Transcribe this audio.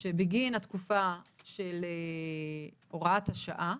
שבגין התקופה של הוראת השעה,